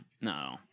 No